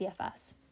CFS